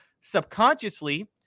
subconsciously